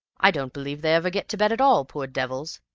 i don't believe they ever get to bed at all poor devils!